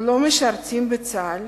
לא משרתים בצה"ל